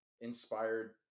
inspired